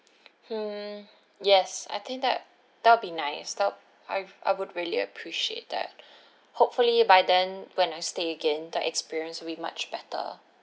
hmm yes I think that that will be nice though I I would really appreciate that hopefully by then when I stay again the experience will be much better